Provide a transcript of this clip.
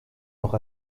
noch